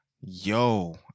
Yo